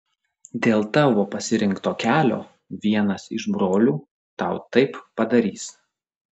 dėl tavo pasirinkto kelio vienas iš brolių tau taip padarys